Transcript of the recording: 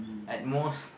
at most